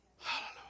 Hallelujah